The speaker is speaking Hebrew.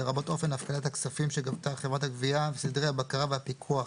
לרבות אופן הפקדת הכספים שגבתה חברת הגבייה וסדרי הבקרה והפיקוח